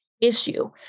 issue